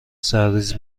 سرریز